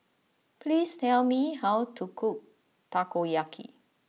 please tell me how to cook Takoyaki